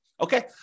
okay